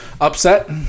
upset